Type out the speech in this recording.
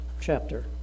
chapter